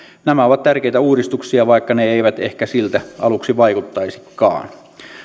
nämä ovat tärkeitä uudistuksia vaikka ne eivät ehkä siltä aluksi vaikuttaisikaan